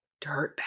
Dirtbag